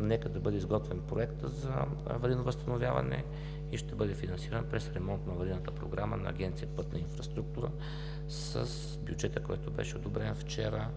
Нека да бъде изготвен проектът за аварийно възстановяване и ще бъде финансиран през ремонтно-аварийната програма на Агенция „Пътна инфраструктура“ с бюджета, който беше одобрен вчера